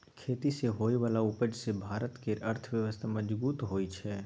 खेती सँ होइ बला उपज सँ भारत केर अर्थव्यवस्था मजगूत होइ छै